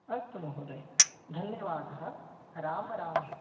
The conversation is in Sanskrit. अस्तु महोदय धन्यवादः रामः रामः